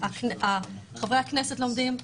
חברי הנכסת לומדים,